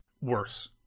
Worse